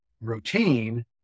routine